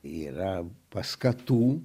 yra paskatų